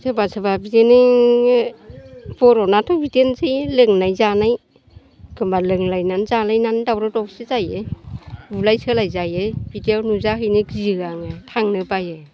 सोरबा सोरबा बिदिनो बर'नाथ' बिदिनोसै लोंनाय जानाय एखमब्ला लोंलायनानै जालायनानै दावराव दावसि जायो बुलाय सोलाय जायो बिदियाव नुजाहैनो गियो आङो थांनो बायो